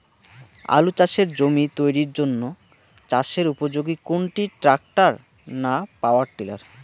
আলু চাষের জমি তৈরির জন্য চাষের উপযোগী কোনটি ট্রাক্টর না পাওয়ার টিলার?